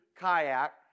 kayak